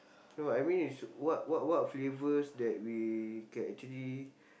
no I mean is what what what flavours that we can actually